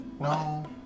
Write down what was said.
No